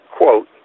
quote